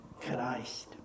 Christ